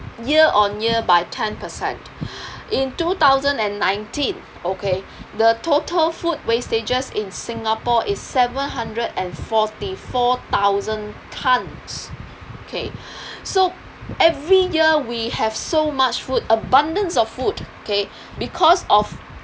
year on year by ten percent in two thousand and nineteen okay the total food wastages in singapore is seven hundred and forty four thousand tonnes okay so every year we have so much food abundance of food okay because of